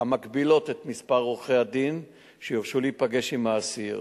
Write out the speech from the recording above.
המגבילות את מספר עורכי-הדין שיורשו להיפגש עם האסיר